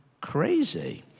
crazy